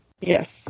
Yes